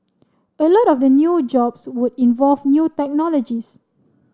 a lot of the new jobs would involve new technologies